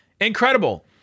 Incredible